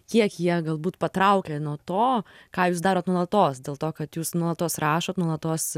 kiek jie galbūt patraukė nuo to ką jūs darot nuolatos dėl to kad jūs nuolatos rašote nuolatos